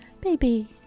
Baby